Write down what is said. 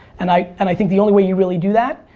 and i and i think the only way you really do that,